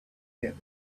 get